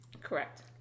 Correct